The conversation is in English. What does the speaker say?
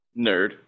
nerd